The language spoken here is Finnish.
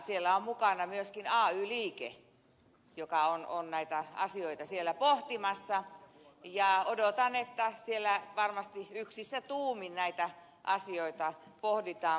siellä on mukana myöskin ay liike joka on näitä asioita siellä pohtimassa ja odotan että siellä varmasti yksissä tuumin näitä asioita pohditaan